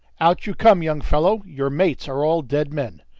out you come, young fellow! your mates are all dead men.